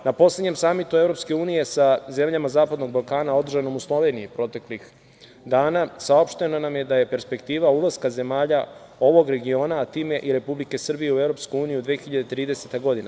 Na poslednjem samitu EU sa zemljama zapadnog Balkana, održanog u Sloveniji proteklih dana, saopšteno nam je da je perspektiva ulaska zemalja ovog regiona, a time i Republike Srbije, u EU 2030. godine.